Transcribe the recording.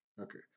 Okay